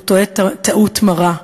הוא טועה טעות מרה.